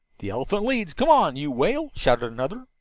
the elephant leads come on, you whale! shouted another.